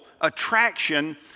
attraction